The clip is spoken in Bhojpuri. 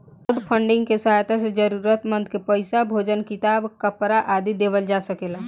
क्राउडफंडिंग के सहायता से जरूरतमंद के पईसा, भोजन किताब, कपरा आदि देवल जा सकेला